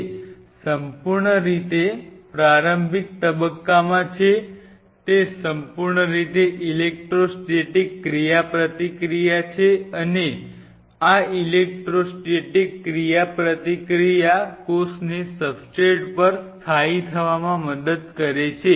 તે સંપૂર્ણ રીતે પ્રારંભિક તબક્કામાં છે તે સંપૂર્ણ રીતે ઇલેક્ટ્રોસ્ટેટિક ક્રિયાપ્રતિક્રિયા છે અને આ ઇલેક્ટ્રોસ્ટેટિક ક્રિયાપ્રતિક્રિયા કોષને સબસ્ટ્રેટ પર સ્થાયી થવામાં મદદ કરે છે